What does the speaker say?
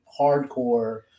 hardcore